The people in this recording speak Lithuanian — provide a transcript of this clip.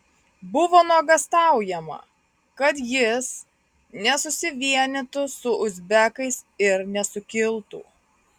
buvo nuogąstaujama kad jis nesusivienytų su uzbekais ir nesukiltų